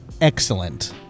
excellent